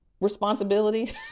responsibility